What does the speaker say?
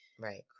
Right